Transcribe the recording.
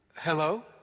Hello